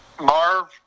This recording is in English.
Marv